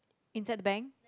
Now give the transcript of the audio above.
inside the bank